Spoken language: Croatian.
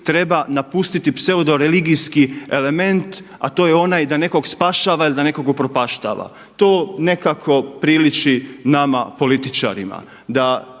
treba napustiti pseudo religijski element, a to je onaj da nekog spašava ili da nekog upropaštava. To nekako priliči nama političarima, da